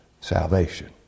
salvation